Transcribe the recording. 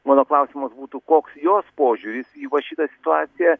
mano klausimas būtų koks jos požiūris į va šitą situaciją